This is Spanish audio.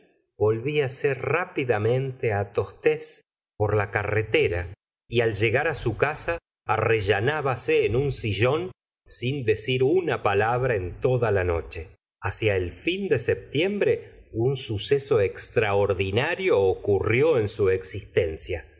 llamando ddjali volvíase rápidamente tostes gustavo flaubert por la carretera y al llegar su casa arrellanábase en un sillón sin decir una palabra en toda la noche hacia el fin de septiembre un suceso oxtraordinario ocurrió en su existencia